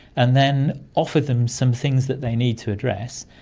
and then offer them some things that they need to address,